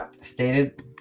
stated